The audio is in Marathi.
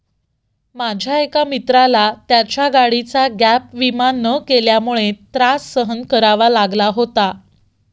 माझ्या एका मित्राला त्याच्या गाडीचा गॅप विमा न केल्यामुळे त्रास सहन करावा लागला होता